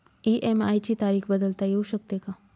EMI ची तारीख बदलता येऊ शकते का?